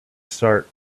start